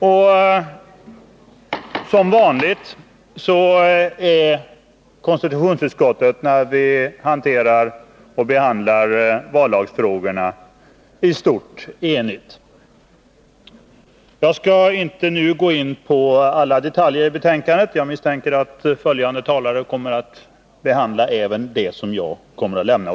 Och som vanligt när konstitutionsutskottet behandlar vallagsfrågorna är det i stort sett enigt. Jag skall inte nu gå in på alla detaljer i betänkandet. Jag misstänker att följande talare kommer att behandla även det jag lämnar åt sidan.